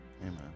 Amen